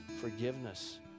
forgiveness